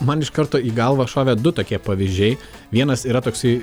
man iš karto į galvą šovė du tokie pavyzdžiai vienas yra toksai